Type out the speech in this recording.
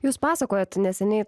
jūs pasakojot neseniai